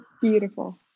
beautiful